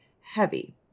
heavy